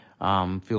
Feel